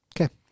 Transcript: Okay